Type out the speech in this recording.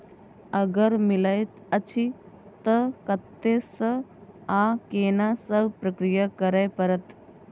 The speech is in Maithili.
अगर मिलय अछि त कत्ते स आ केना सब प्रक्रिया करय परत?